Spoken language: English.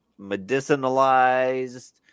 medicinalized